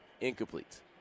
Incomplete